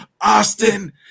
Austin